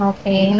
Okay